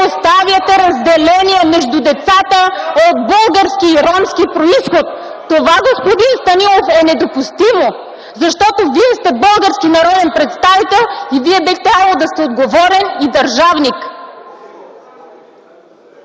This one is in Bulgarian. поставяте разделение между децата от български и ромски произход! Това, господин Станилов, е недопустимо, защото Вие сте български народен представител и Вие би трябвало да сте отговорен и държавник.